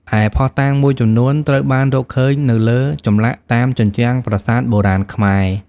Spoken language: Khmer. ឯភស្តុតាងមួយចំនួនត្រូវបានរកឃើញនៅលើចម្លាក់តាមជញ្ជាំងប្រាសាទបុរាណខ្មែរ ។